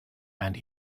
and